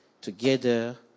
Together